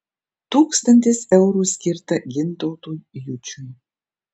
tūkstantis eurų skirta gintautui jučiui